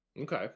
Okay